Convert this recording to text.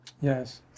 Yes